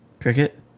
Cricket